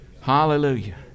Hallelujah